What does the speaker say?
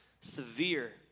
severe